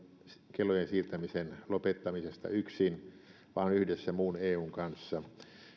kellojen siirtämisen lopettamisesta yksin vaan yhdessä muun eun kanssa